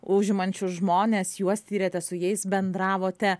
užimančius žmones juos tyrėte su jais bendravote